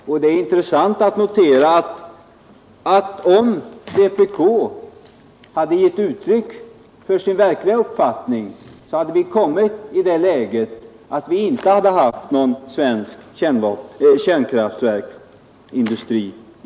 Det är alltså intressant att notera att om vpk hade fått igenom sin verkliga uppfattning 1968, så hade vi kommit i det läget att vi inte haft någon svensk kärnkraftindustri.